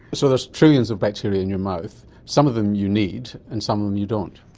so there are trillions of bacteria in your mouth. some of them you need, and some of them you don't.